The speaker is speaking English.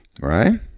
Right